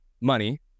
money